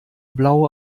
blaue